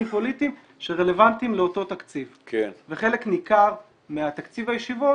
פוליטיים שרלוונטיים לאותו תקציב וחלק ניכר מתקציב הישיבות